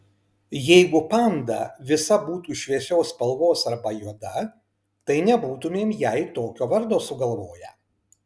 jeigu panda visa būtų šviesios spalvos arba juoda tai nebūtumėm jai tokio vardo sugalvoję